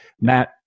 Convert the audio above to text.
Matt